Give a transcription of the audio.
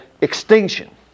extinction